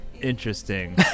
interesting